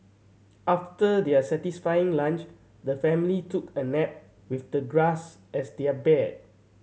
after their satisfying lunch the family took a nap with the grass as their bed